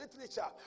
literature